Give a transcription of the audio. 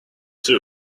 two